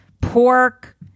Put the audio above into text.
pork